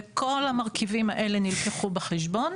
וכל המרכיבים האלה נלקחו בחשבון.